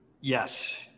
Yes